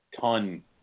ton